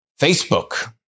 Facebook